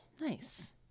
Nice